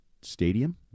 stadium